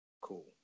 Cool